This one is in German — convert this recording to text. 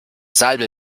salbe